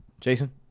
Jason